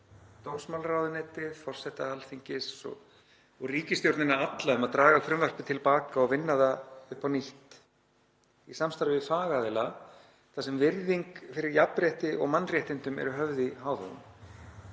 dómsmálaráðuneytið, forseta Alþingis og ríkisstjórnina alla um að draga frumvarpið til baka og vinna það upp á nýtt í samstarfi við fagaðila þar sem virðing fyrir jafnrétti og mannréttindum er höfð í hávegum.